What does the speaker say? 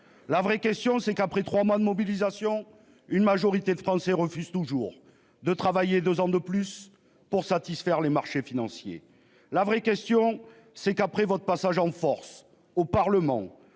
La vraie question c'est qu'après 3 mois de mobilisation. Une majorité de Français refusent toujours de travailler 2 ans de plus pour satisfaire les marchés financiers. La vraie question c'est qu'après votre passage en force au Parlement